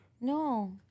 No